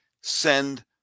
send